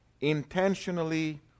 intentionally